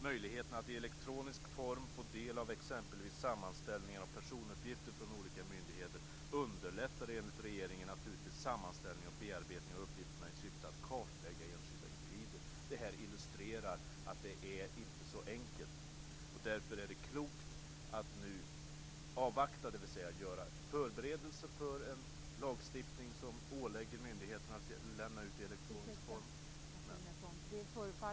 - Möjligheten att i elektronisk form få del av exempelvis sammanställningar av personuppgifter från olika myndigheter underlättar enligt regeringen naturligtvis sammanställning och bearbetning av uppgifterna i syfte att kartlägga enskilda individer."